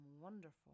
wonderful